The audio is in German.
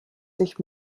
sich